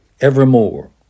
evermore